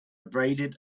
abraded